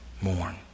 mourn